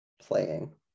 playing